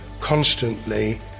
constantly